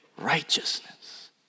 righteousness